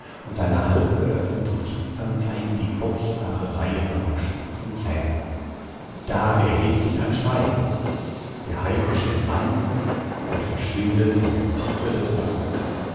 und seine halbgeöffneten kiefern zeigen die furchtbare reihe seiner spitzen zähne da erhebt sich ein schrei der haifisch hält an und verschwindet in der tiefe des wassers